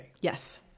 Yes